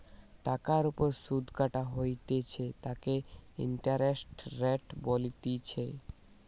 টাকার ওপর সুধ কাটা হইতেছে তাকে ইন্টারেস্ট রেট বলতিছে